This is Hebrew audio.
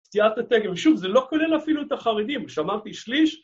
תיארת דגם. שוב, זה לא כולל אפילו את החרדים, שמרתי שליש...